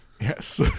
yes